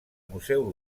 museu